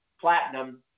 platinum